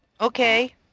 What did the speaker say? Okay